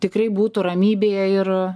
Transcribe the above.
tikrai būtų ramybėje ir